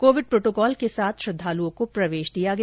Covid protocol के साथ श्रद्धालुओं को प्रवेश दिया गया